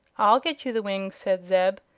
i'll get you the wings, said zeb,